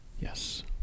Yes